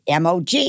MOG